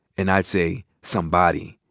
and i'd say, somebody.